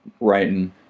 writing